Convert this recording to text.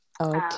okay